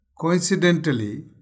Coincidentally